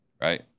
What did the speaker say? right